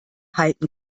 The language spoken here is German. halten